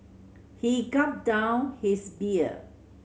he gulped down his beer